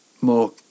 more